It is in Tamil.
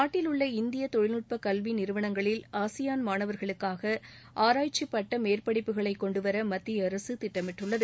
நாட்டிலுள்ள இந்திய தொழில்நுட்ப கல்வி நிறுவனங்களில் ஆசியான் மாணவர்களுக்காக ஆராய்ச்சி பட்ட மேற்படிப்புகளை கொண்டு வர மத்திய அரசு திட்டமிட்டுள்ளது